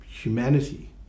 humanity